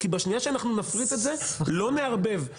כי בשנייה שאנחנו נפריט את זה אנחנו נפסיק את הערבוב הזה.